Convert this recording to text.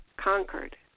conquered